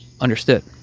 understood